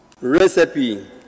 Recipe